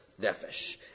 nefesh